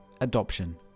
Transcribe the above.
adoption